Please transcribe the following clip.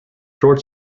short